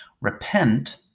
repent